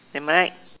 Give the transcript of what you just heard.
am I right